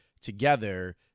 together –